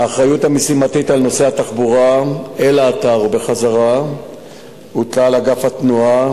האחריות המשימתית לנושא התחבורה אל האתר ובחזרה הוטלה על אגף התנועה,